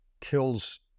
kills